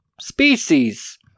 Species